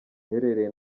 iherereye